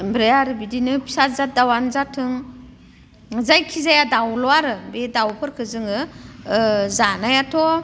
ओमफ्राय आरो बिदिनो फिसा जात दाउवानो जाथों जायखि जाया दाउल' आरो बे दाउफोरखौ जोङो जानायाथ'